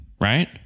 right